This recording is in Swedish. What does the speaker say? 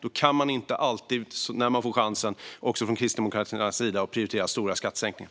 Då kan man inte alltid när man får chansen, också från Kristdemokraternas sida, prioritera stora skattesänkningar.